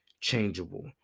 changeable